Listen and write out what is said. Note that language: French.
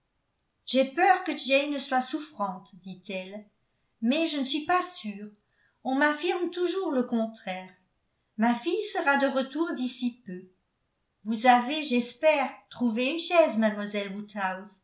j'ai peur que jane ne soit souffrante dit-elle mais je ne suis pas sûre on m'affirme toujours le contraire ma fille sera de retour d'ici peu vous avez j'espère trouvé une chaise mademoiselle